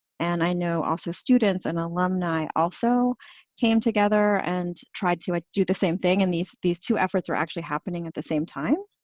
and i know also students and alumni also came together and tried to do the same thing. and these these two efforts are actually happening at the same time,